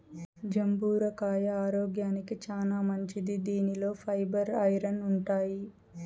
జంబూర కాయ ఆరోగ్యానికి చానా మంచిది దీనిలో ఫైబర్, ఐరన్ ఉంటాయి